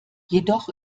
jedoch